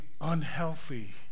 unhealthy